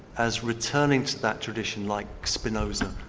as returning to that tradition, like spinoza,